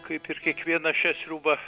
kaip ir kiekvieną šią sriubą